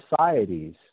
societies